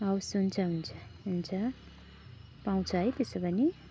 हवस् हुन्छ हुन्छ हुन्छ पाउँछ है त्यसो भने